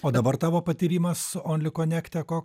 o dabar tavo patyrimas ounly konekte koks